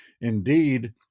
Indeed